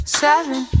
seven